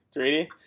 greedy